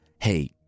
Hey